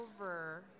over